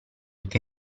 che